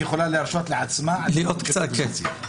היא יכולה להרשות לעצמה להיות אופוזיציה.